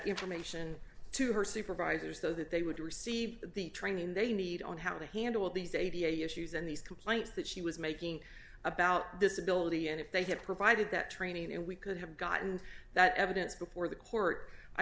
information to her supervisors so that they would receive the training they need on how to handle these eighty issues and these complaints that she was making about this ability and if they had provided that training and we could have gotten that evidence before the court i